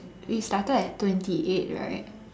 we started at twenty eight right